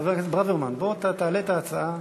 הכלכלה חבר הכנסת ברוורמן, אתה רוצה בכל זאת,